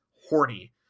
horny